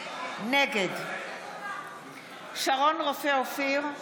נגד שרון רופא אופיר,